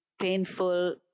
painful